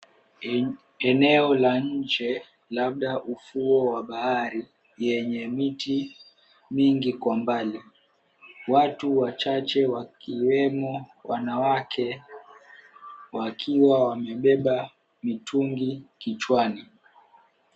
Eneo la nje, labda ufuo wa bahari yenye miti mingi kwa mbali. Watu wachache wakiwemo wanawake wakiwa wamebeba mitungi kichwani.